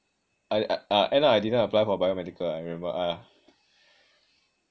I I end up I didn't apply for biomedical ah I remember ah